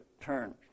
turn